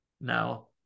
now